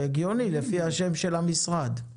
זה הגיוני לפי השם של המשרד.